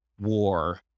war